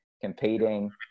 competing